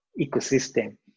ecosystem